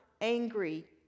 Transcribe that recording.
angry